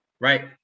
right